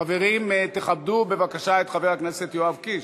חברים, תכבדו בבקשה את חבר הכנסת יואב קיש.